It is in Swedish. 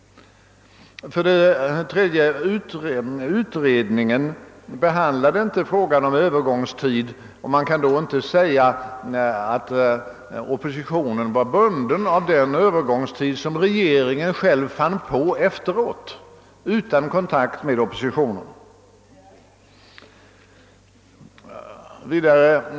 För det tredje behandlade utredningen inte frågan om övergångstidens längd, och man kan därför inte säga att oppositionen var bunden av den föreslagna övergångstiden, som regeringen själv hittade på utan kontakt med oppositionen.